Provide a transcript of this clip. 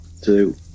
two